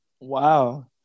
Wow